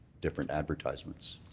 different advertisements.